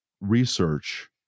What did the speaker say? research